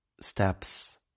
steps